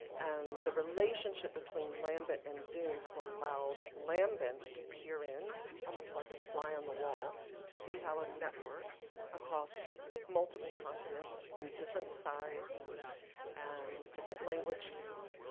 and the relationship between lambent and doen has allowed lambent to peer in almost like a fly-on-the-wall to see how a network across multiple continents and different sizes and different languages